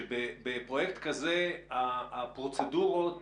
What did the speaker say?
שבפרויקט כזה הפרוצדורות